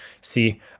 See